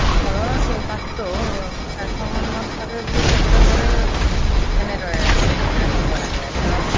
ঘৰৰ চৌপাশটো স্বাস্থ্যসন্মতভাৱে বুলি ক'বলৈ গ'লে কেনেদৰে ৰাখিম ৰাখিব লাগে ধৰক